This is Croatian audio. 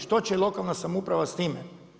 Što će lokalna samouprava s time?